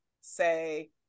say